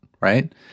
right